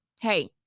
hey